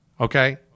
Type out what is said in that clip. okay